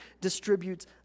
distributes